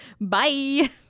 Bye